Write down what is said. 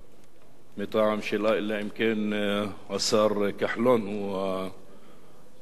אלא אם כן השר כחלון הוא המחבר בין הממשלה לכנסת,